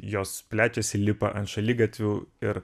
jos plečiasi lipa ant šaligatvių ir